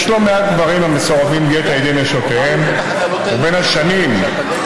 יש לא מעט גברים המסורבים גט על ידי נשותיהם ובשנים 2012